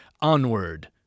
Onward